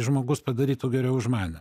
žmogus padarytų geriau už mane